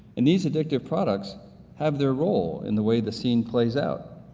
and these addictive products have their role in the way the scene plays out.